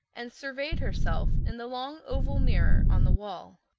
and surveyed herself in the long oval mirror on the wall.